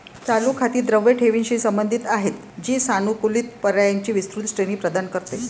चालू खाती द्रव ठेवींशी संबंधित आहेत, जी सानुकूलित पर्यायांची विस्तृत श्रेणी प्रदान करते